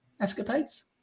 Escapades